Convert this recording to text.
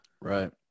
Right